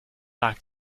like